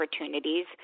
opportunities